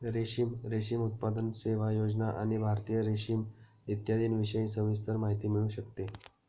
रेशीम, रेशीम उत्पादन, सेवा, योजना आणि भारतीय रेशीम इत्यादींविषयी सविस्तर माहिती मिळू शकते